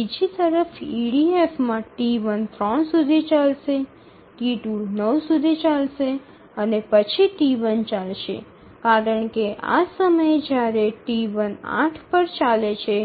બીજી તરફ ઇડીએફમાં T1 ૩ સુધી ચાલશે T2 ૯ સુધી ચાલશે અને પછી T1 ચાલશે કારણ કે આ સમયે જ્યારે T1 ૮ પર ચાલે છે